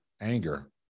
anger